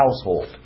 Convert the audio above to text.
household